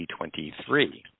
2023